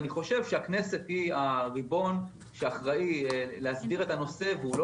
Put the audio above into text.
ואני חושב שהכנסת היא הריבון שאחראי להסדיר את הנושא והוא לא